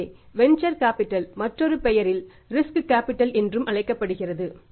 எனவே venture capital என்றும் அழைக்கப்படுகிறது